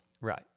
Right